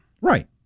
Right